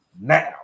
now